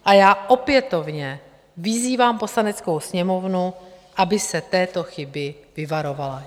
A já opětovně vyzývám Poslaneckou sněmovnu, aby se této chyby vyvarovala.